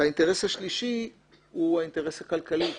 והאינטרס השלישי הוא האינטרס הכלכלי.